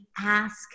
Ask